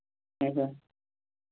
اچھا